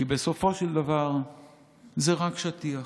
כי בסופו של דבר זה רק שטיח.